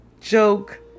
joke